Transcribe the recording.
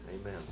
Amen